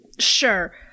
Sure